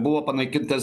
buvo panaikintas